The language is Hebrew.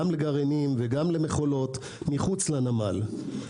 גם לגרעינים וגם למכולות מחוץ לנמל.